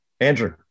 Andrew